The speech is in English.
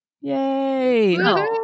Yay